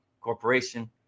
corporation